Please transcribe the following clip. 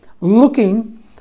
looking